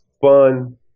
fun